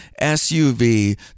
SUV